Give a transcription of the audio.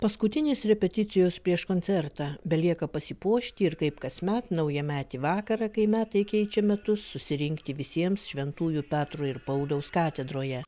paskutinės repeticijos prieš koncertą belieka pasipuošti ir kaip kasmet naujametį vakarą kai metai keičia metus susirinkti visiems šventųjų petro ir pauliaus katedroje